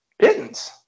pittance